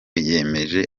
yemeje